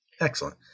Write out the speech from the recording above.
Excellent